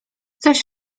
coś